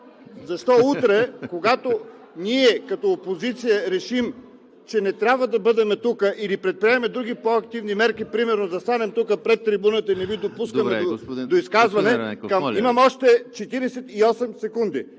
и ОП), когато ние като опозиция решим, че не трябва да бъдем тук или предприемем други по-активни мерки – примерно застанем тук пред трибуната и не Ви допускаме до изказване… (Реплики